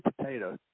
potato